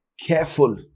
careful